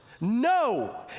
no